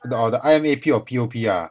the the I_M_A_P or P_O_P ah